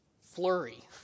flurry